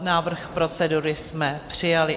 Návrh procedury jsme přijali.